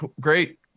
Great